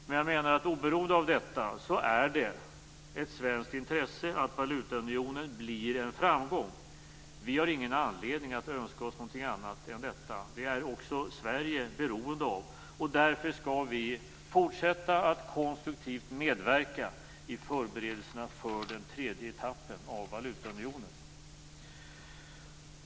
Men jag menar att det oberoende av detta är ett svenskt intresse att valutaunionen blir en framgång. Vi har ingen anledning att önska oss någonting annat än detta. Det är också Sverige beroende av. Därför skall vi fortsätta att konstruktivt medverka i förberedelserna för den tredje etappen av valutaunionen.